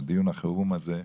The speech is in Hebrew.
בדיון החירום הזה,